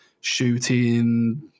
shooting